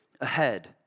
ahead